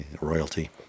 royalty